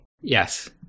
Yes